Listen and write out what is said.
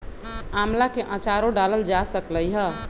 आम्ला के आचारो डालल जा सकलई ह